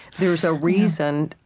there's a reason